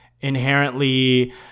inherently